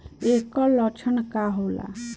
ऐकर लक्षण का होला?